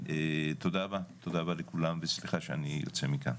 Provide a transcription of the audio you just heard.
תודה רבה לכולם וסליחה שאני יוצא מכאן.